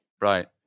right